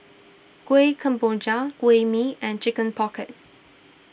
Kuih Kemboja Kuih Mee and Chicken Pocket